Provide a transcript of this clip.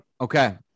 Okay